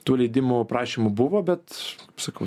tų leidimų prašymų buvo bet sakau